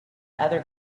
other